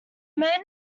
main